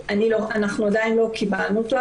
אנחנו עדיין לא קיבלנו אותו,